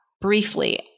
briefly